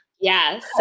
Yes